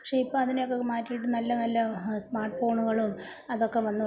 പക്ഷേ ഇപ്പം അതിനൊക്കെ മാറ്റിയിട്ട് നല്ല നല്ല സ്മാട്ട്ഫോണുകളും അതൊക്കെ വന്നത്കൊണ്ട്